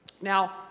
Now